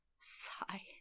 Sigh